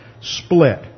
split